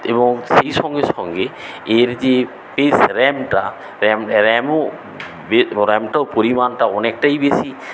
এবং সেই সঙ্গে সঙ্গে এর যে স্পেস র্যামটা র্যাম র্যামও র্যামটাও পরিমাণটা অনেকটাই বেশী